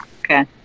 okay